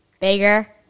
Bigger